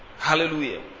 Hallelujah